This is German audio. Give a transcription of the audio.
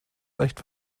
leicht